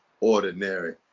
ordinary